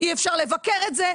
אי אפשר לבקר את זה,